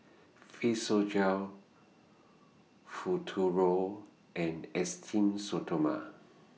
Physiogel Futuro and Esteem Stoma